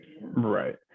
Right